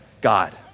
God